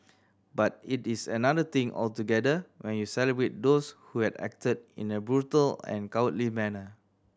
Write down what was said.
but it is another thing altogether when you celebrate those who had acted in a brutal and cowardly manner